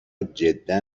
جدا